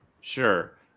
Sure